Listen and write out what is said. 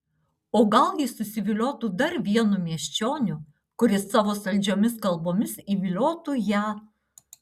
o gal ji susiviliotų dar vienu miesčioniu kuris savo saldžiomis kalbomis įviliotų ją